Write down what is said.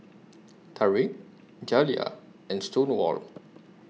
Tarik Jaliyah and Stonewall